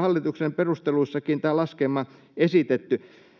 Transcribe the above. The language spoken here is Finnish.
hallituksen perusteluissakin esitetty.